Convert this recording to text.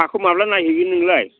हाखौ माब्ला नायहैगोन नोंलाय